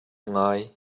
ngai